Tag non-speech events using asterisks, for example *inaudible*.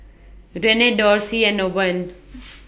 Renee *noise* Dorthy and Owen *noise*